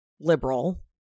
liberal